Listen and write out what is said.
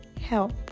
help